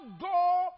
go